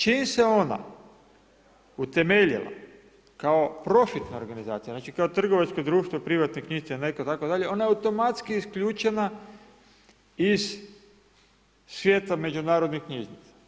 Čim se ona utemeljila kao profitna organizacija, znači kao trgovačko društvo, privatne knjižnice ili ... itd., ona je automatski isključena iz svijeta međunarodnih knjižnica.